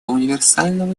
универсального